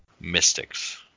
Mystics